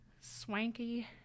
swanky